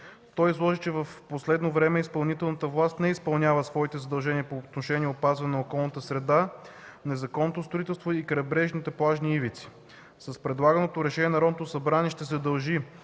Той изложи, че в последно време изпълнителната власт не изпълнява своите задължения по отношение опазване на околната среда и незаконното строителство в крайбрежни плажни ивици. С предлаганото решение Народното събрание ще задължи